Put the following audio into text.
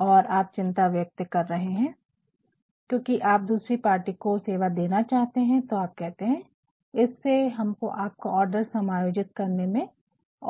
और आप चिंता व्यक्त कर रहे है क्योकि आप दूसरी पार्टी को सेवा देना चाहते है तो आप कहते है इससे हमको आपका आर्डर समायोजित करने में